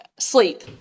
Sleep